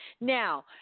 Now